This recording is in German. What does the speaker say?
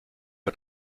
bei